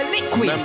Liquid